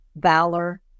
Valor